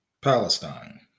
Palestine